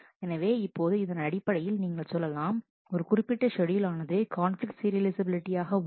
எனவே இப்போது இதனடிப்படையில் நீங்கள் சொல்லலாம் ஒரு குறிப்பிட்ட ஷெட்யூல் ஆனது கான்பிலிக்ட் சீரியலைஃசபிலிட்டி ஆக உள்ளது